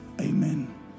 Amen